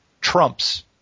trumps